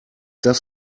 das